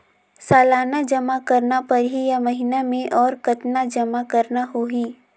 सालाना जमा करना परही या महीना मे और कतना जमा करना होहि?